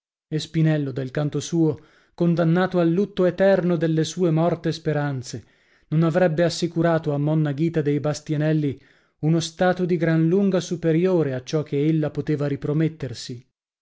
e spinello dal canto suo condannato al lutto eterno delle sue morte speranze non avrebbe assicurato a monna ghita dei bastianelli uno stato di gran lunga superiore a ciò che ella poteva ripromettersi